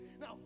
Now